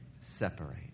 separate